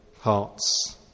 hearts